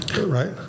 Right